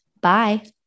Bye